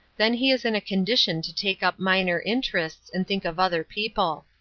then he is in a condition to take up minor interests and think of other people.